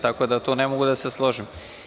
Tako da tu ne mogu da se složim.